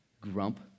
grump